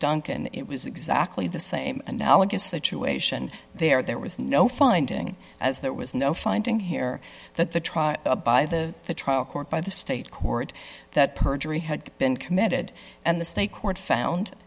duncan it was exactly the same analogous situation there there was no finding as there was no finding here that the trial by the trial court by the state court that perjury had been committed and the state court found